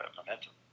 momentum